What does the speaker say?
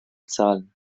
zahlen